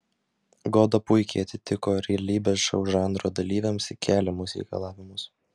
goda puikiai atitiko realybės šou žanro dalyviams keliamus reikalavimus